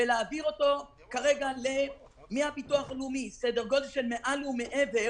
ולהעביר אותו כרגע מהביטוח הלאומי סדר גודל מעל ומעבר